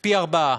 פי-ארבעה,